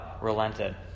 relented